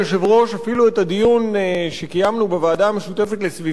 אפילו את הדיון שקיימנו בוועדה המשותפת לסביבה ובריאות,